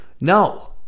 no